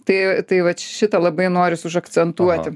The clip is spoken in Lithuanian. tai tai vat šitą labai noris užakcentuoti